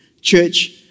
church